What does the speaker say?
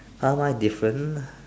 !huh! why different